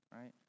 right